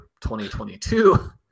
2022